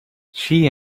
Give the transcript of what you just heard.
she